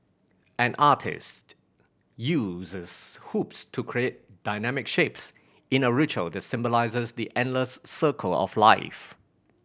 an artiste uses hoops to create dynamic shapes in a ritual that symbolises the endless circle of life